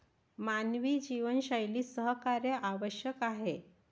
मानवी जीवनशैलीत सहकार्य आवश्यक आहे